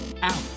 out